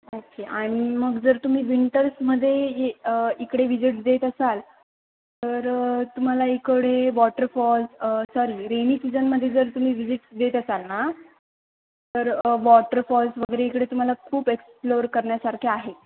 okay आणि मग जर तुम्ही विंटर्समध्ये इकडे विजिट देत असाल तर तुम्हाला इकडे वॉटरफॉल्स सॉरी रेनी सीजनमध्ये जर तुम्ही विजिट देत असाल ना तर वॉटरफॉल्स वगैरे इकडे तुम्हाला खूप एक्सप्लोअर करण्यासारखे आहेत